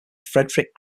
frederick